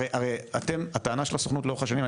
הרי הטענה של הסוכנות לאורך השנים,